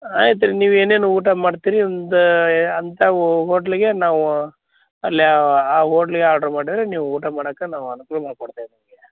ಆಯ್ತು ರೀ ನೀವು ಏನೇನು ಊಟ ಮಾಡ್ತೀರಿ ಒಂದು ಅಂಥವು ಹೋಟ್ಲಿಗೆ ನಾವು ಅಲ್ಲೇ ಆ ಹೋಟ್ಲಿಗೆ ಆರ್ಡ್ರ್ ಮಾಡಿದರೆ ನೀವು ಊಟ ಮಾಡಕ್ಕೆ ನಾವು ಅನ್ಕೂಲ ಮಾಡಿಕೊಡ್ತೇವೆ ನಿಮಗೆ